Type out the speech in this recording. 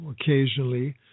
occasionally